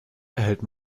erhält